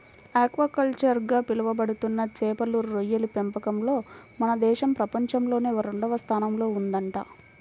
aquaculture గా పిలవబడుతున్న చేపలు, రొయ్యల పెంపకంలో మన దేశం ప్రపంచంలోనే రెండవ స్థానంలో ఉందంట